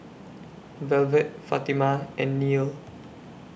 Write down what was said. Velvet Fatima and Neal